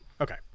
Okay